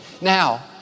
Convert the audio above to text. Now